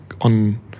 on